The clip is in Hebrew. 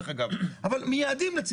דרך אגב,